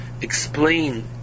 explain